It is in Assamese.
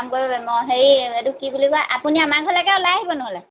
অ হেৰি এইটো কি বুলি কয় আপুনি আমাৰ ঘৰলৈকে ওলাই আহিব নহ'লে